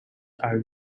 are